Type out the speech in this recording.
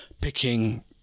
picking